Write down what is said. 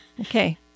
Okay